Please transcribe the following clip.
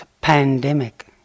pandemic